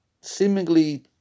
seemingly